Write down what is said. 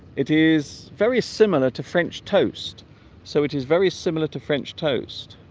it is very similar to french toast so it is very similar to french toast